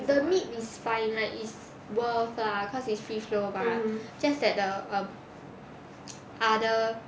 the meat is fine lah is worth lah cause it's free flow mah just that the um other